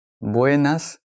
Buenas